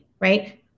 right